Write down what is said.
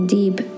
deep